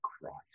Christ